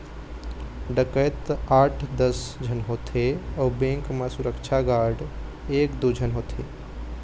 डकैत आठ दस झन होथे अउ बेंक म सुरक्छा गार्ड एक दू झन होथे